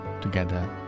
Together